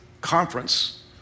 conference